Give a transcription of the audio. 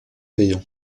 payant